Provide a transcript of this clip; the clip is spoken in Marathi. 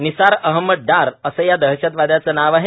निसार अहमद डार असं या दहशतवादयाचं नाव आहे